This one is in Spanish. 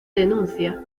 denuncia